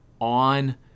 on